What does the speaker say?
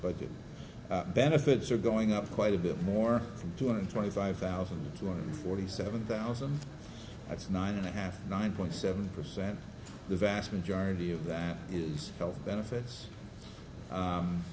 but the benefits are going up quite a bit more from two hundred twenty five thousand two hundred forty seven thousand that's nine and a half nine point seven percent the vast majority of that is health benefits